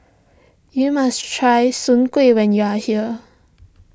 you must try Soon Kueh when you are here